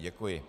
Děkuji.